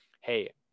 hey